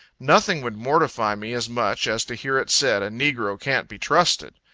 nothing would mortify me as much, as to hear it said, a negro can't be trusted.